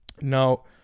Now